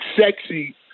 sexy